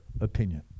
opinion